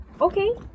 okay